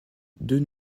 deux